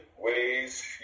ways